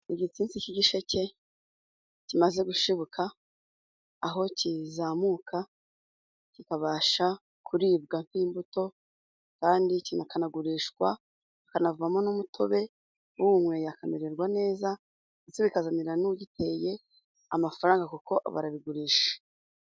Igitsinsi k'igisheke kimaze gushibuka aho kizamuka kikabasha kuribwa nk'imbuto, kandi kikanagurishwa kikanavamo n'umutobe, uwunyweye akamererwa neza ndetse bikazanira n'ugiteye amafaranga kuko barabigurisha.